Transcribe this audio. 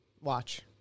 Watch